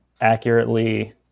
Accurately